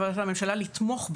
ועדת הממשלה לתמוך,